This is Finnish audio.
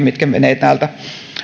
mitkä menevät täältä